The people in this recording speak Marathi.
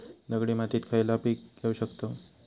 दगडी मातीत खयला पीक घेव शकताव?